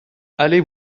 allez